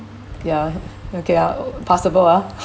ya okay I'll okay I'll possible ah